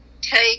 take